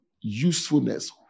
usefulness